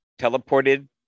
teleported